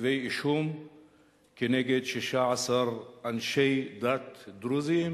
כתבי אישום כנגד 16 אנשי דת דרוזים